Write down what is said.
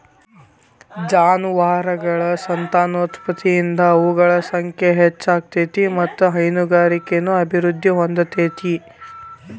ಜಾನುವಾರಗಳ ಸಂತಾನೋತ್ಪತ್ತಿಯಿಂದ ಅವುಗಳ ಸಂಖ್ಯೆ ಹೆಚ್ಚ ಆಗ್ತೇತಿ ಮತ್ತ್ ಹೈನುಗಾರಿಕೆನು ಅಭಿವೃದ್ಧಿ ಹೊಂದತೇತಿ